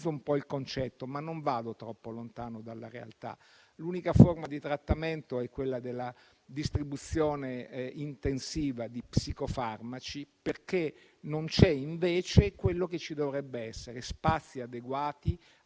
un po' il concetto, ma non vado troppo lontano dalla realtà - l'unica forma di trattamento è la distribuzione intensiva di psicofarmaci, perché nelle nostre carceri non c'è, invece, quello che ci dovrebbe essere: spazi adeguati,